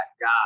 God